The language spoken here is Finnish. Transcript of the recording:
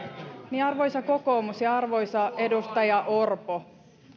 niin arvoisa kokoomus ja arvoisa edustaja orpo